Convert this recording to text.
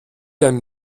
einem